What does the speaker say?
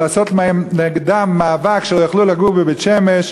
ולעשות נגדם מאבק שלא יוכלו לגור בבית-שמש,